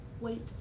wait